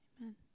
Amen